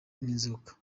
n’inzoka